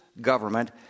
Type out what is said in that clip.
government